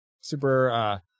super